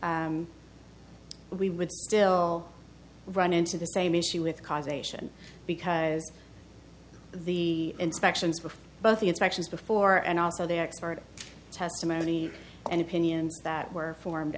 we would still run into the same issue with causation because the inspections for both the inspections before and also the expert testimony and opinions that were formed